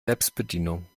selbstbedienung